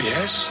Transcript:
Yes